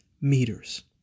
meters